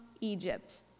Egypt